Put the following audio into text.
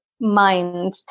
mind